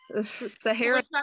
Sahara